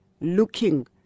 looking